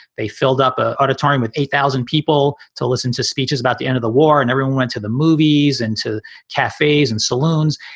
they filled up a auditorium with eight thousand people. listen to speeches about the end of the war. and everyone went to the movies and to cafes and saloons.